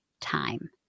time